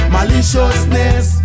Maliciousness